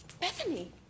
Bethany